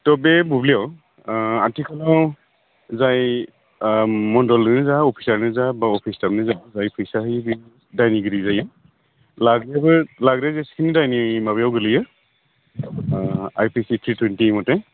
थ' बे बुब्लियाव आथिखालाव जाय मनदलानो जा अफिसारानो जा बा अफिस स्टाफआनो जाय फैसा होयो बे दायनिगिरि जायो लाग्रायाबो लाग्रायाबो बे दायनि माबायाव गोग्लैयो आइपिसि थ्रि टुविनटि मथे